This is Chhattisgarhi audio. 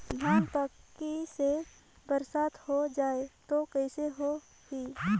धान पक्की से बरसात हो जाय तो कइसे हो ही?